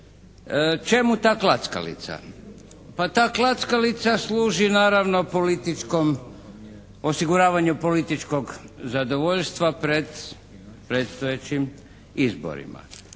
Čemu ta klackalica? Pa ta klackalica služi naravno političkom, osiguravanju političkog zadovoljstva pred trećim izborima.